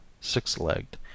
six-legged